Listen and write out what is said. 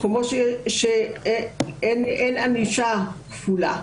שאין ענישה כפולה.